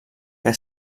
que